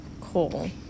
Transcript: Cool